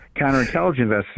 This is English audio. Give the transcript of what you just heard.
counterintelligence